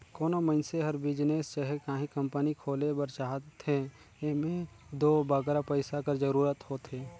कोनो मइनसे हर बिजनेस चहे काहीं कंपनी खोले बर चाहथे एम्हें दो बगरा पइसा कर जरूरत होथे